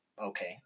Okay